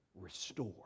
Restore